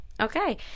Okay